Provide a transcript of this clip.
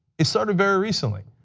it started very recently.